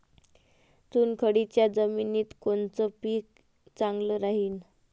चुनखडीच्या जमिनीत कोनचं पीक चांगलं राहीन?